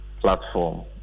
platform